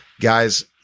Guys